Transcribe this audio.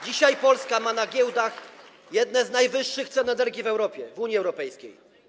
Dzisiaj Polska ma na giełdach jedne z najwyższych cen energii w Europie, w Unii Europejskiej.